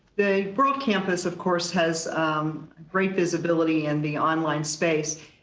the broad campus of course has great visibility in the online space.